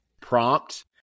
Prompt